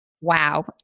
wow